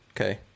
Okay